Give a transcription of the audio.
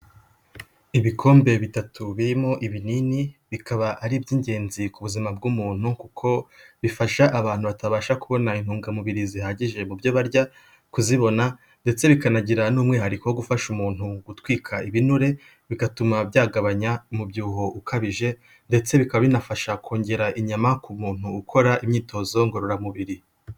Ibikombe bitatu birimo ibinini, bikaba ari iby'ingenzi ku buzima bw'umuntu kuko bifasha abantu batabasha kubona intungamubiri zihagije mu byo barya kuzibona ndetse bikanagira n'umwihariko wo gufasha umuntu gutwika ibinure, bigatuma byagabanya umubyibuho ukabije ndetse bikaba binafasha kongera inyama ku muntu ukora imyitozo ngororamubiri.